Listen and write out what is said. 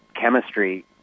chemistry